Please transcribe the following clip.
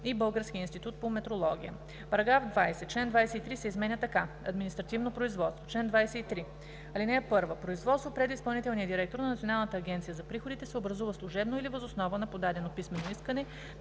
и Българския институт по метрология.“ § 20. Член 23 се изменя така: „Административно производство Чл. 23. (1) Производство пред изпълнителния директор на Националната агенция за приходите се образува служебно или въз основа на подадено писмено искане